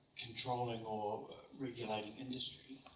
controlling or regulating industry.